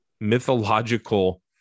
mythological